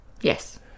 Yes